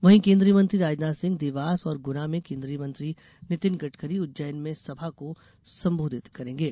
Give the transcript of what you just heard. वहीं केन्द्रीय मंत्री राजनाथ सिंह देवास और गुना में केन्द्रीय मंत्री नितीन गड़करी उज्जैन में सभा को संबोधित करेंगे